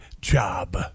job